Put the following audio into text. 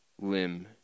limb